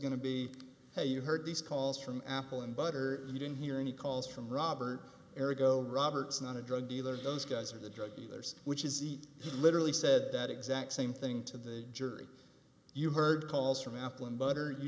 going to be hey you heard these calls from apple and butter you didn't hear any calls from robert erico roberts not a drug dealer those guys are the drug dealers which is eat he literally said that exact same thing to the jury you heard calls from apple and butter you